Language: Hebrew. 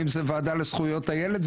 ואם זה ועדה לזכויות הילד,